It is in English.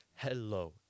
Hello